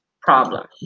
problem